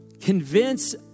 convince